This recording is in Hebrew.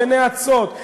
ונאצות,